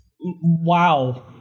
Wow